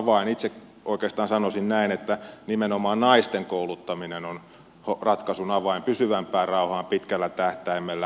itse oikeastaan sanoisin näin että nimenomaan naisten kouluttaminen on ratkaisun avain pysyvämpään rauhaan pitkällä tähtäimellä